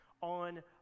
on